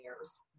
years